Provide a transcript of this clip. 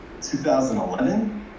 2011